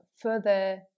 further